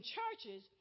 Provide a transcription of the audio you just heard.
churches